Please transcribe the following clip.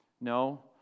No